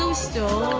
still